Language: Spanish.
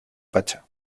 pachá